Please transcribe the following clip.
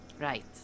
Right